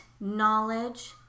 knowledge